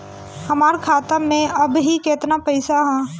हमार खाता मे अबही केतना पैसा ह?